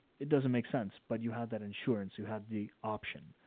it doesn't make sense, but you had that insurance who had the option.